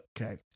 Okay